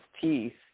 teeth